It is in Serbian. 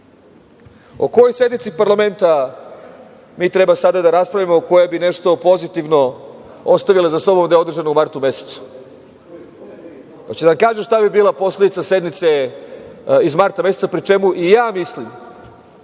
kojoj sednici parlamenta mi treba sada da raspravljamo, a koja bi nešto pozitivno ostavila za sobom da je održana u martu mesecu? Hoćete li da vam kažem šta bi bila posledica sednice iz marta meseca, pri čemu i ja mislim